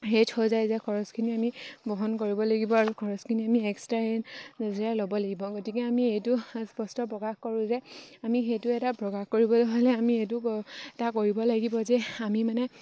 সেই থৈ যায় যে খৰচখিনি আমি বহন কৰিব লাগিব আৰু খৰচখিনি আমি এক্সট্ৰা এই নিজৰে ল'ব লাগিব গতিকে আমি এইটো স্পষ্ট প্ৰকাশ কৰোঁ যে আমি সেইটো এটা প্ৰকাশ কৰিবলৈ হ'লে আমি এইটো ক এটা কৰিব লাগিব যে আমি মানে